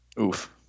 Oof